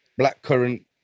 blackcurrant